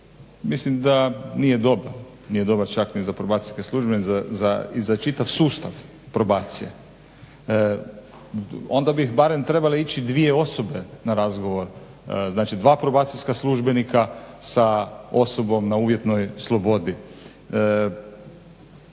dobro, nije dobar čak ni za probacijske službe ni za čitav sustav probacije. Onda bi barem trebale ići dvije osobe na razgovor, znači dva probacijska službenika sa osobom na uvjetnoj slobodi.